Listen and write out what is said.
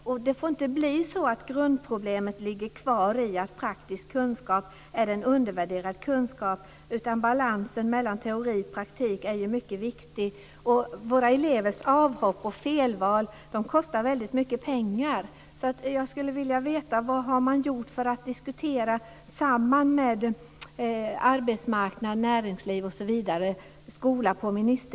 Grundproblemet får inte ligga kvar i att praktisk kunskap undervärderas. Balansen mellan teori och praktik är viktig. Våra elevers avhopp och felval kostar mycket pengar. Vad har man gjort på ministernivå för att diskutera tillsammans med arbetsmarknad, näringsliv, skola osv.?